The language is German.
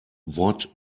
wort